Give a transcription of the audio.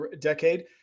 decade